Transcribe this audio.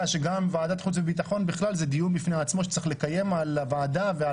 צריך לקיים דיון בפני עצמו על ועדת חוץ וביטחון,